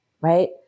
right